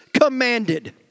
commanded